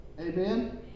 Amen